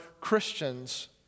Christians